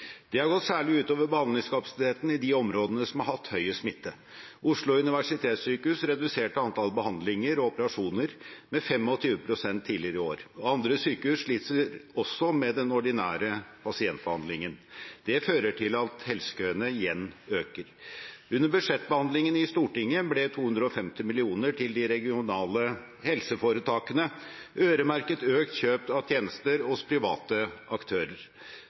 Det har gått særlig ut over behandlingskapasiteten i de områdene som har hatt mest smitte. Oslo universitetssykehus reduserte antall behandlinger og operasjoner med 25 pst. tidligere i år, og andre sykehus sliter også med den ordinære pasientbehandlingen. Det fører til at helsekøene igjen øker. Under budsjettbehandlingen i Stortinget ble 250 mill. kr til de regionale helseforetakene øremerket økt kjøp av tjenester hos private aktører